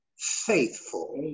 Faithful